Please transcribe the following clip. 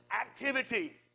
activity